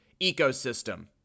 ecosystem